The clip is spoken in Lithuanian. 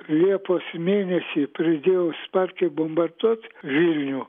liepos mėnesį pridėjau sparčiai bombarduot vilnių